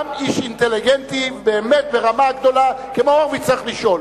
גם איש אינטליגנטי באמת ברמה גבוהה כמו הורוביץ צריך לשאול.